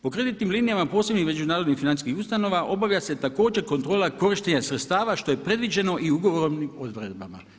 Po kreditnim linijama posljednjih međunarodnih financijskih ustanova obavlja se također kontrola korištenja sredstava što je predviđeno i ugovornim odredbama.